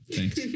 Thanks